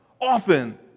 often